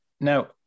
Now